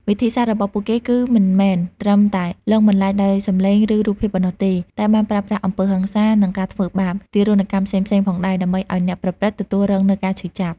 វិធីសាស្ត្ររបស់ពួកគេគឺមិនមែនត្រឹមតែលងបន្លាចដោយសំឡេង ឬរូបភាពប៉ុណ្ណោះទេ តែបានប្រើប្រាស់ អំពើហិង្សា និងការធ្វើបាប ទារុណកម្មផ្សេងៗផងដែរ ដើម្បីឲ្យអ្នកប្រព្រឹត្ត ទទួលរងនូវការឈឺចាប់។